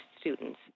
students